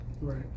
Right